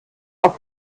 auf